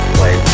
play